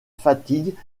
fatigue